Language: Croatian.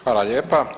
Hvala lijepa.